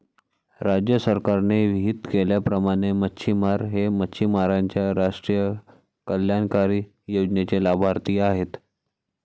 राज्य सरकारने विहित केल्याप्रमाणे मच्छिमार हे मच्छिमारांच्या राष्ट्रीय कल्याणकारी योजनेचे लाभार्थी आहेत